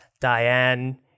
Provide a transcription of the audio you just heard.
Diane